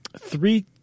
three